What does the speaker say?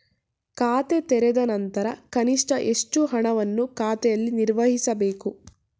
ಖಾತೆ ತೆರೆದ ನಂತರ ಕನಿಷ್ಠ ಎಷ್ಟು ಹಣವನ್ನು ಖಾತೆಯಲ್ಲಿ ನಿರ್ವಹಿಸಬೇಕು?